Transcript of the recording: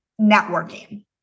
networking